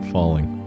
Falling